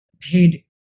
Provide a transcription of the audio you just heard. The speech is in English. paid